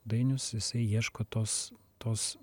dainius jisai ieško tos tos